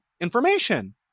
information